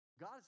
God